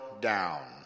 down